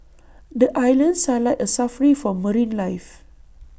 the islands are like A Safari for marine life